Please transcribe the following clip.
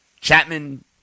Chapman